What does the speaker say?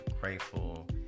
grateful